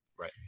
Right